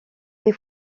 des